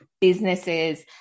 businesses